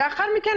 ולאחר מכן,